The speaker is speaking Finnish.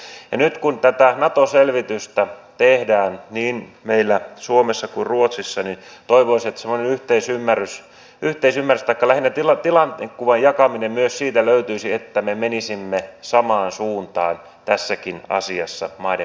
ja nyt kun tätä nato selvitystä tehdään niin meillä suomessa kuin ruotsissa niin toivoisin että semmoinen yhteisymmärrys taikka lähinnä tilannekuvan jakaminen myös siitä löytyisi että me menisimme samaan suuntaan tässäkin asiassa maiden välillä